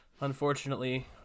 Unfortunately